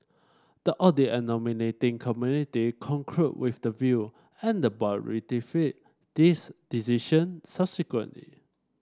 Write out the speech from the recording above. the audit and nominating community concurred with the view and the board ratified this decision subsequently